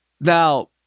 Now